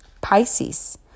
Pisces